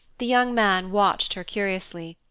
the young man watched her curiously.